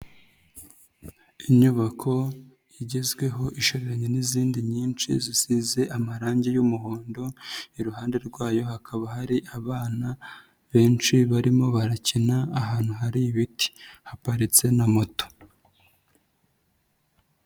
Inyubako igezweho isharanye n'izindi nyinshi zisize amarangi y'umuhondo, iruhande rwayo hakaba hari abana benshi barimo barakina ahantu hari ibiti, haparitse na moto.